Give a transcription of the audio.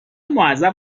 معذب